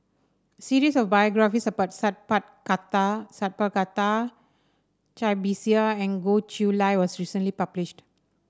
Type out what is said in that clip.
a series of biographies about Sat Pal Khattar Sat Pal Khattar Cai Bixia and Goh Chiew Lye was recently published